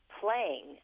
playing